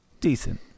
Decent